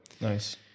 Nice